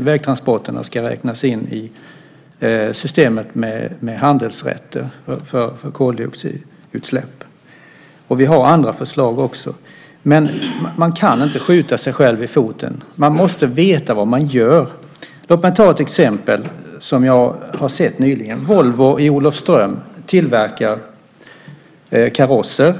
vägtransporterna ska räknas in i systemet med handelsrätter för koldioxidutsläpp, och vi har andra förslag också. Men man kan inte skjuta sig själv i foten. Man måste veta vad man gör. Låt mig ta ett exempel som jag har sett nyligen. Volvo i Olofström tillverkar karosser.